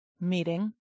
meeting